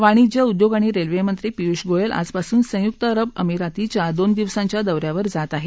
वाणिज्य उद्योग आणि रेल्वे मंत्री पियूष गोयल आजपासून संयुक्त अरब अमिरातीच्या दोन दिवसाच्या दौ यावर जात आहेत